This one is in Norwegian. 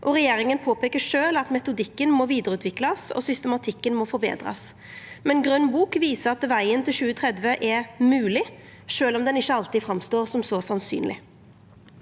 regjeringa påpeikar sjølv at metodikken må vidareutviklast og systematikken forbetrast. Grøn bok viser at vegen til 2030 er mogleg, sjølv om den ikkje alltid framstår som så sannsynleg.